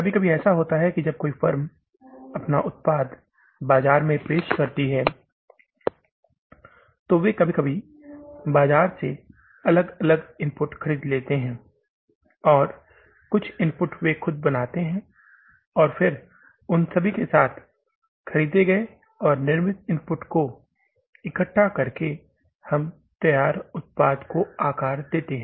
कभी कभी ऐसा होता है कि जब कोई फर्म अपना उत्पाद बाजार में पेश करती है तो वे कभी कभी बाजार से अलग अलग इनपुट खरीद लेते हैं और कुछ इनपुट वे खुद बनाते हैं और फिर उन सभी के साथ खरीदे गए और निर्मित इनपुट को इकट्ठा करके हम तैयार उत्पाद को आकार देते हैं